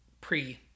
pre